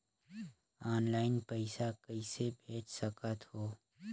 Online पइसा कइसे भेज सकत हो?